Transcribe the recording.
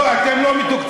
לא, אתם לא מתוקצבים.